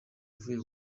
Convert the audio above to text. avuye